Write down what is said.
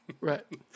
Right